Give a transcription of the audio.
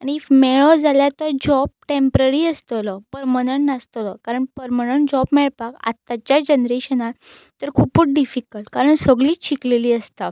आनी इफ मेळ्ळो जाल्यार तो जॉब टॅम्प्ररी आसतलो पर्मनंट नासतलो कारण पर्मनंट जॉब मेळपाक आतांच्या जनरेशनांत तर खुपूच डिफिकल्ट कारण सगळींच शिकलेलीं आसता